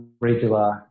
regular